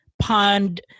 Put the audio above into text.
pond